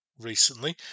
recently